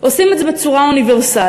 עושים את זה בצורה אוניברסלית.